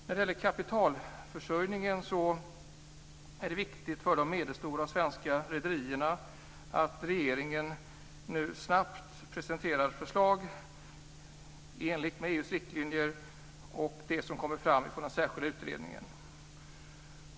När det gäller kapitalförsörjningen är det viktigt för de medelstora svenska rederierna att regeringen snabbt presenterar ett förslag i enlighet med EU:s riktlinjer och det som kommer fram av den särskilda utredningen.